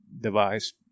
device